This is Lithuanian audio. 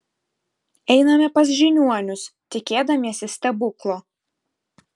einame pas žiniuonius tikėdamiesi stebuklo